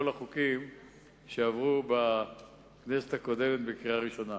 החוקים שעברו בכנסת הקודמת בקריאה ראשונה.